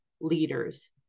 leaders